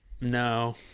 No